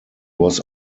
was